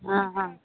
ਹਾਂ ਹਾਂ